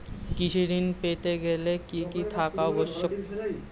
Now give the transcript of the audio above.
কৃষি ঋণ পেতে গেলে কি কি থাকা আবশ্যক?